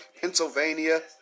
Pennsylvania